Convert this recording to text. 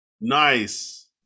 Nice